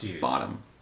bottom